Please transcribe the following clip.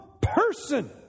person